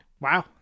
Wow